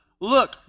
Look